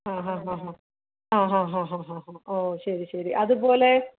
ആ ഹാ ഹാ ഹാ ആ ഹാ ഹാ ഹാ ഹാ ഓ ശരി ശരി അതുപോലെ